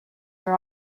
are